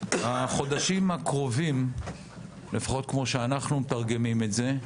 החודשים הקרובים לפחות כמו שאנחנו מתרגמים את זה,